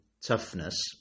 Toughness